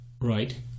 Right